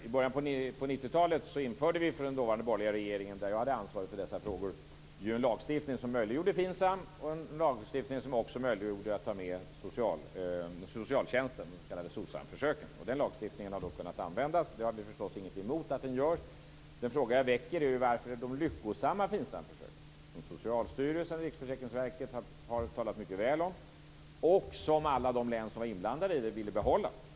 I början på 90-talet införde vi i den dåvarande borgerliga regeringen, där jag hade ansvaret för dessa frågor, en lagstiftning som möjliggjorde FINSAM och som också möjliggjorde att ta med socialtjänsten, de s.k. SOCSAM-försöken. Den lagstiftningen har kunnat användas. Jag har förstås ingenting emot att det görs. Den fråga jag väcker är varför de lyckosamma FINSAM-försöken, som Socialstyrelsen och RFV har talat mycket väl om och som alla de län som var inblandade ville behålla, inte får fortsätta.